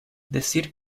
decir